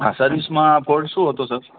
હા સર્વિસમાં ફૉલ્ટ શું હતો સર